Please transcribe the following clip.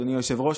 אדוני היושב-ראש,